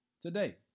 Today